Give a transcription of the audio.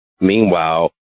Meanwhile